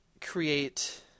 create